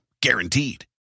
Guaranteed